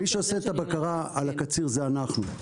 מי שעושה את הבקרה על הקציר זה אנחנו.